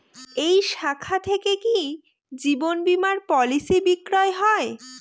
এই শাখা থেকে কি জীবন বীমার পলিসি বিক্রয় হয়?